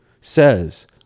says